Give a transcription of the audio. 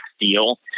deal